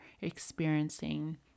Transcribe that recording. experiencing